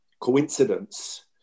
coincidence